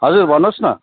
हजुर भन्नुहोस् न